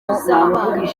tuzabana